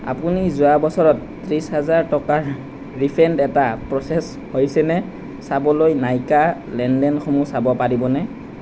আপুনি যোৱা বছৰত ত্ৰিছ হাজাৰ টকাৰ ৰিফেণ্ড এটা প্ৰ'চেছ হৈছে নে চাবলৈ নাইকাৰ লেনদেনসমূহ চাব পাৰিবনে